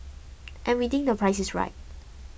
and we think the price is right